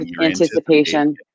anticipation